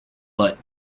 but